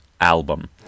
album